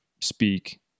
speak